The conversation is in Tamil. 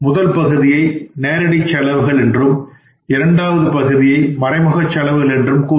முதல் பகுதியை நேரடிச்செலவுகள் என்றும் இரண்டாவது பகுதியை மறைமுக செலவுகள் என்றும் கூறுவர்